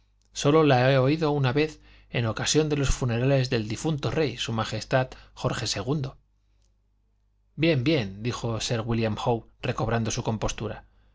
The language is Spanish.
sólo la he oído una vez en ocasión de los funerales del difunto rey su majestad george ii bien bien dijo sir wílliam howe recobrando su compostura